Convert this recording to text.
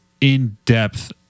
in-depth